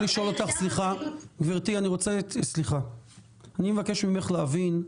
סליחה גברתי, אני מבקש ממך להבין,